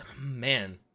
man